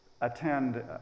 attend